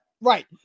Right